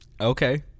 Okay